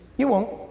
you won't.